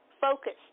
focused